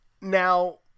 Now